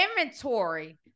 inventory